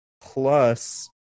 Plus